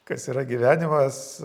kas yra gyvenimas